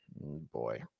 Boy